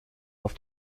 auf